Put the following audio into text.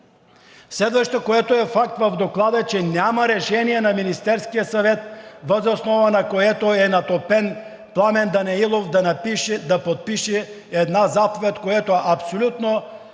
Следващото, което е факт в Доклада, е, че няма решение на Министерския съвет, въз основа на което е натопен Пламен Данаилов да подпише една заповед, което абсолютно